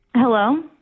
Hello